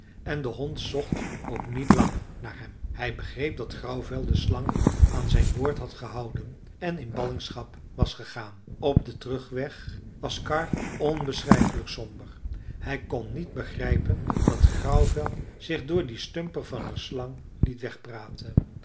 en de hond zocht ook niet lang naar hem hij begreep dat grauwvel de slang aan zijn woord had gehouden en in ballingschap was gegaan op den terugweg was karr onbeschrijfelijk somber hij kon niet begrijpen dat grauwvel zich door dien stumper van een slang liet wegpraten